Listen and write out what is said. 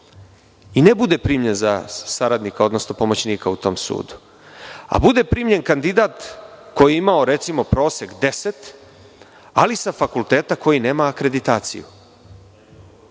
i ne bude primljen za saradnika, odnosno pomoćnika u tom sudu, a bude primljen kandidat koji je imao, recimo, prosek 10, ali sa fakulteta koji nema akreditaciju.